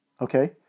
Okay